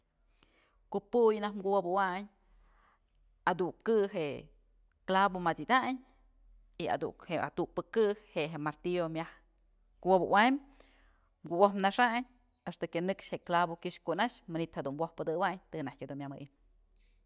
Ku'u puy najk kuwobëwayn adukë je'e clavo mat'sidayn y aduk je'e ja tukpë ke'e je'e je martillo myak kuwobëwaym kuwopnaxayn axta kyënëkx je'e clavo kyëx kuna'ax manytë jedun wojpëdëwayn të najtyë dun myëmëy.